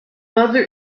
mother